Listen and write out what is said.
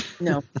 No